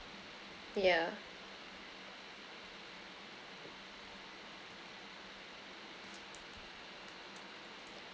yeah